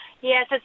Yes